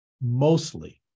mostly